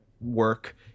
work